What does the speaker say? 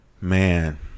Man